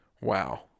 wow